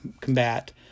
combat